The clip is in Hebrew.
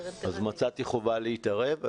מצאתי חובה להתערב.